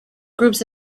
groups